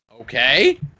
Okay